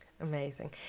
Amazing